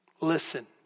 Listen